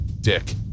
dick